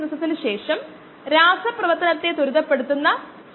അതിനാൽ അത് 12000 കിലോഗ്രാം ആയി വിഭജിക്കും ഇത് സെക്കൻഡിൽ 15